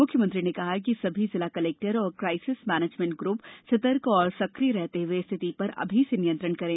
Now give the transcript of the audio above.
मुख्यमंत्री ने कहा कि सभी जिला कलेक्टर और क्राइसेस मैनेजमेंट ग्रप सतर्क और सक्रिय रहते हुए स्थिति पर अभी से नियंत्रण करें